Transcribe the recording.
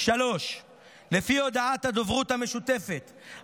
3. לפי הודעת הדוברות המשותפת,